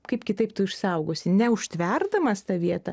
kaip kitaip tu išsaugosi neužtverdamas tą vietą